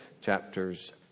Chapters